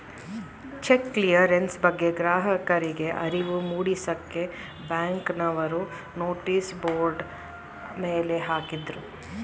check clearance ಬಗ್ಗೆ ಗ್ರಾಹಕರಿಗೆ ಅರಿವು ಮೂಡಿಸಕ್ಕೆ ಬ್ಯಾಂಕ್ನವರು ನೋಟಿಸ್ ಬೋರ್ಡ್ ಮೇಲೆ ಹಾಕಿದ್ರು